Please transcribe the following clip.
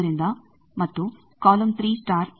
ಆದ್ದರಿಂದ ಮತ್ತು ಆಗಿದೆ